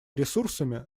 ресурсами